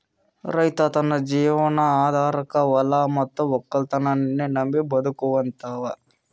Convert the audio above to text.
ರೈತ್ ತನ್ನ ಜೀವನ್ ಆಧಾರಕಾ ಹೊಲಾ ಮತ್ತ್ ವಕ್ಕಲತನನ್ನೇ ನಂಬಿ ಬದುಕಹಂತಾವ